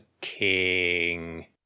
king